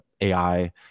AI